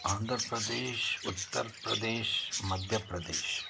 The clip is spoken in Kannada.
ಆಂಧ್ರಪ್ರದೇಶ್ ಉತ್ತರ್ ಪ್ರದೇಶ್ ಮಧ್ಯ ಪ್ರದೇಶ್